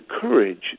courage